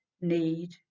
need